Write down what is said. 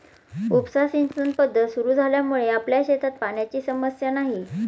उपसा सिंचन पद्धत सुरु झाल्यामुळे आपल्या शेतात पाण्याची समस्या नाही